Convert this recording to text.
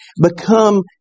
become